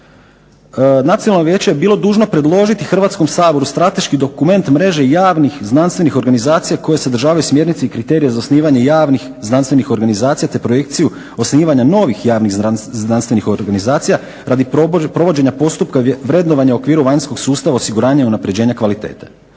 Nacionalno vijeće je bilo dužno predložiti Hrvatskom saboru strateški dokument mreže javnih zdravstvenih organizacija koje sadržavaju smjernice i kriterije za osnivanje javnih znanstvenih organizacija te projekciju osnivanja novih javnih znanstvenih organizacija radi provođenja postupka vrednovanja u okviru vanjskog sustava osiguranja i unapređenja kvalitete.